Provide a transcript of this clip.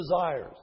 desires